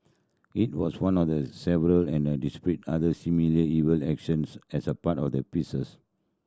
it was one of the several and a other similarly evil actions as a part of the pieces